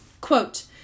Quote